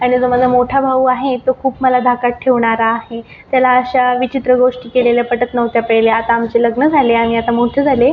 आणि जो माझा मोठा भाऊ आहे तो खूप मला धाकात ठेवणारा आहे त्याला अशा विचित्र गोष्टी केलेल्या पटत नव्हत्या पहिले आता आमचे लग्न झाले आणि आता मोठे झाले